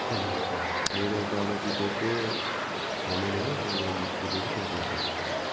कहिले बित्नुभएको मेरो बाबा बितेको छ महिना भयो आमा बितेको पाँच बर्ष भयो